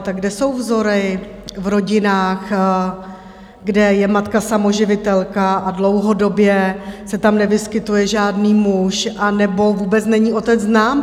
Tak, kde jsou vzory v rodinách, kde je matka samoživitelka a dlouhodobě se tam nevyskytuje žádný muž anebo vůbec není otec znám?